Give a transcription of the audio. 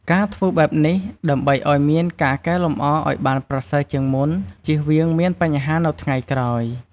ការធ្វើបែបនេះ ដើម្បីអោយមានការកែលម្អអោយបានប្រសើរជាងមុនជៀសវៀងមានបញ្ហានៅថ្ងៃក្រោយ។